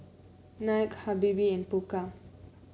Nike Habibie and Pokka